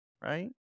right